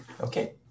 Okay